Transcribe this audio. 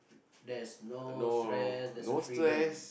this no stress there's a freedom